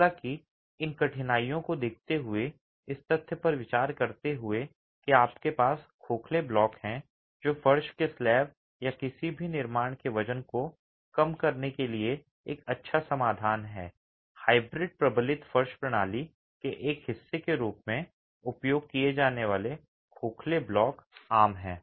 हालांकि इन कठिनाइयों को देखते हुए और इस तथ्य पर विचार करते हुए कि आपके पास खोखले ब्लॉक हैं जो फर्श के स्लैब या किसी भी निर्माण के वजन को कम करने के लिए एक अच्छा समाधान है हाइब्रिड प्रबलित फर्श प्रणाली के एक हिस्से के रूप में उपयोग किए जाने वाले खोखले ब्लॉक आम हैं